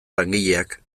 langileak